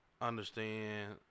understand